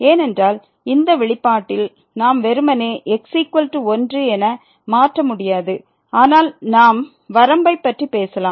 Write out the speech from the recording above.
ஏனென்றால் இந்த வெளிப்பாட்டில் நாம் வெறுமனே x1 என மாற்ற முடியாது ஆனால் நாம் வரம்பைப் பற்றி பேசலாம்